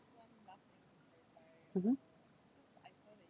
mmhmm